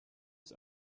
ist